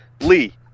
Lee